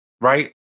right